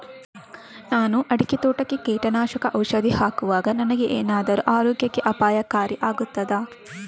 ನಾನು ಅಡಿಕೆ ತೋಟಕ್ಕೆ ಕೀಟನಾಶಕ ಔಷಧಿ ಹಾಕುವಾಗ ನನಗೆ ಏನಾದರೂ ಆರೋಗ್ಯಕ್ಕೆ ಅಪಾಯಕಾರಿ ಆಗುತ್ತದಾ?